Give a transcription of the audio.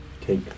take